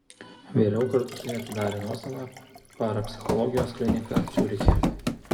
vėliau kartu su ja atidarė nuosavą parapsichologijos kliniką ciuriche